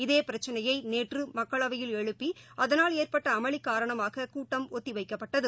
இதேபிரச்சினையைநேற்றுமக்களவையில் எழுப்பிஅதனால் ஏற்பட்டஅமளிகாரணமாககூட்டம் ஒத்திவைக்கப்பட்டது